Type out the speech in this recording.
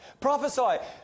prophesy